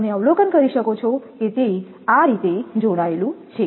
તમે અવલોકન કરી શકો છો તે આ રીતે જોડાયેલું છે